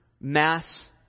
mass